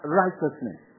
righteousness